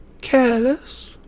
careless